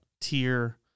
tier